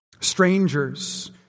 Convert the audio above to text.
Strangers